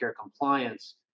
compliance